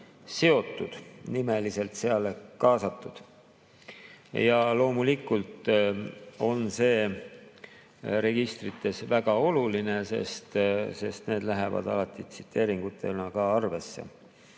seotud, nimeliselt kaasatud. Loomulikult on see registrites väga oluline, sest need lähevad alati tsiteeringutena ka arvesse.